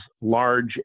large